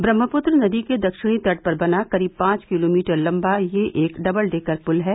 ब्रह्मपुत्र नदी के दक्षिणी तट पर बना करीब पांच किलोमीटर लम्बा यह एक डबल डेकर पुल है